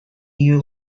you